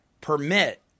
permit